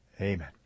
Amen